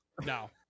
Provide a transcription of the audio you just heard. No